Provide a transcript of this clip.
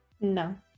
No